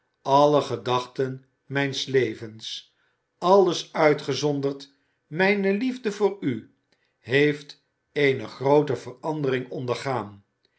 alle gedachten mijns levens alles uitgezonderd mijne liefde voor u heeft eene groote verandering ondergaan